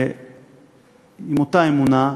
ועם אותה אמונה,